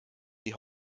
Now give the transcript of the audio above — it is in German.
die